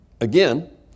again